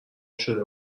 شده